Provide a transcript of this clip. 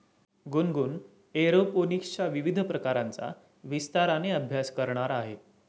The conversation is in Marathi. गुनगुन एरोपोनिक्सच्या विविध प्रकारांचा विस्ताराने अभ्यास करणार आहे